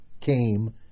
came